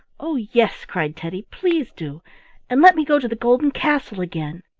oh, yes! cried teddy please do and let me go to the golden castle again.